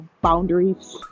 boundaries